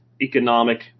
economic